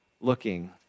looking